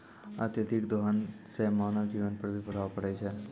अत्यधिक दोहन सें मानव जीवन पर भी प्रभाव परै छै